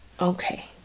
Okay